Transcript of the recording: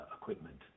equipment